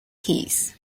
keys